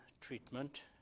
treatment